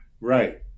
Right